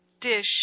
dish